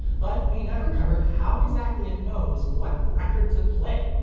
but we never covered how exactly it knows what record to play.